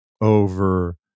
over